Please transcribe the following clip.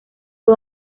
fue